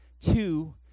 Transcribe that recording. Two